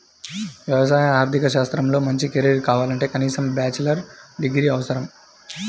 వ్యవసాయ ఆర్థిక శాస్త్రంలో మంచి కెరీర్ కావాలంటే కనీసం బ్యాచిలర్ డిగ్రీ అవసరం